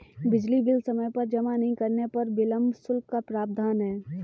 बिजली बिल समय पर जमा नहीं करने पर विलम्ब शुल्क का प्रावधान है